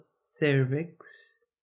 cervix